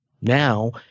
now